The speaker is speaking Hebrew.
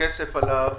הכסף הלך